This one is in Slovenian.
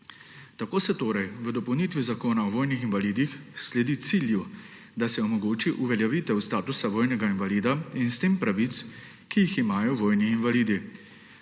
Tako se torej v dopolnitvi Zakona o vojnih invalidih sledi cilju, da se omogoči uveljavitev statusa vojnega invalida in s tem pravic, ki jih imajo vojni invalidi.